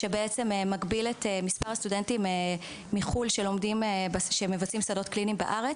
שמגביל את מספר הסטודנטים שמבצעים שדות קליניים בארץ,